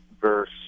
verse